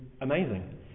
amazing